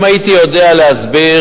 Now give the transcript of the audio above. אם הייתי יודע להסביר,